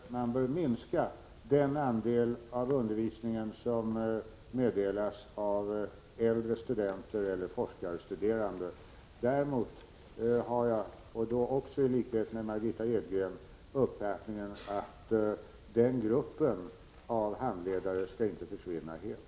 Herr talman! I likhet med Margitta Edgren anser jag att man bör minska den andel av undervisningen som meddelas av äldre studenter eller forskarstuderande. Däremot har jag, också i likhet med Margitta Edgren, uppfattningen att den gruppen av handledare inte skall försvinna helt.